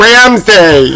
Ramsey